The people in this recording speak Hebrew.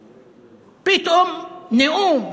פתאום, נאום,